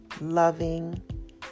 loving